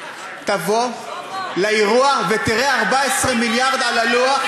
תבוא לאירוע ותראה 14 מיליארד על הלוח,